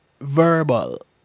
verbal